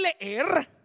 leer